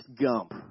Gump